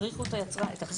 תכריחו את היצרן.